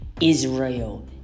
Israel